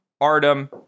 artem